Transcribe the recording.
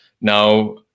now